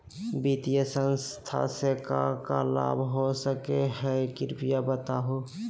वित्तीय संस्था से का का लाभ हो सके हई कृपया बताहू?